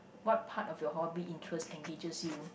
what part of your hobby interest engages you